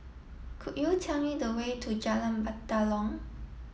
could you tell me the way to Jalan Batalong